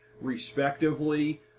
respectively